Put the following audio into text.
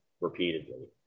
repeatedly